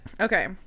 Okay